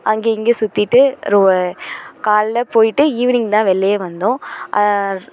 அங்கே இங்கே சுற்றிட்டு ஒரு காலைல போயிட்டு ஈவினிங் தான் வெளிலையே வந்தோம்